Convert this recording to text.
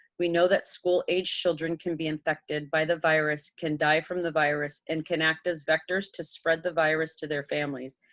we know that school aged children can be infected by the virus, can die from the virus, and can act as vectors to spread the virus to their families,